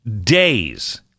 days